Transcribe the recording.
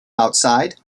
outside